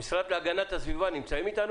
המשרד להגנת הסביבה נמצאים איתנו